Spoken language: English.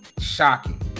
shocking